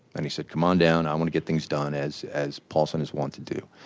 and he said, come on down, i want to get things done, as as paulson is want to do.